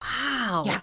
Wow